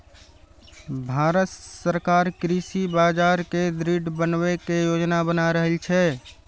भांरत सरकार कृषि बाजार कें दृढ़ बनबै के योजना बना रहल छै